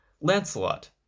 Lancelot